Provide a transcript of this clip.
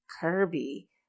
Kirby